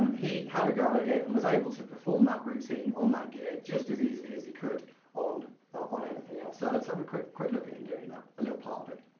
um he had a go at it and was able to perform that routine on that gear just as easily as he could on on anything else so let's have a quick quick look at him and doing that, a little part of it.